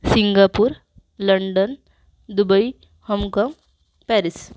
Singapore London Dubai Hong Kong Paris